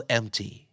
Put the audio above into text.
empty